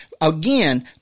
Again